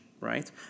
right